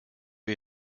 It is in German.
wir